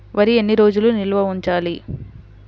వరి ఎన్ని రోజులు నిల్వ ఉంచాలి?